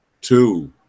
Two